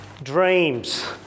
Dreams